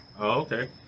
okay